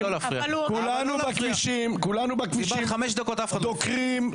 --- כולנו בכבישים, דוקרים,